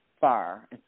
far